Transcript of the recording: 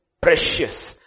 precious